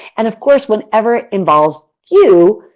and, of course whenever it involves you,